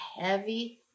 heavy